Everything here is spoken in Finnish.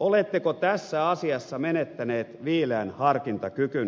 oletteko tässä asiassa menettäneet viileän harkintakykynne